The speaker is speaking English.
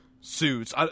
suits